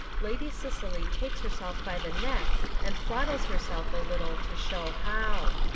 lady cicely takes herself by the neck and throttles herself a little to show how.